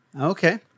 Okay